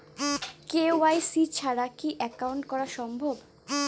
KYC ছাড়া কি account করা সম্ভব?